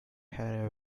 her